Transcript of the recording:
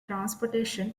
transportation